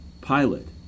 pilot